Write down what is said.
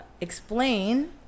explain